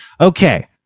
Okay